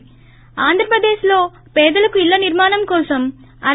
ి స్టాంధ్రప్రదేశ్ లో పేదలకు ఇళ్ళ నిర్మాణం కోసం రూ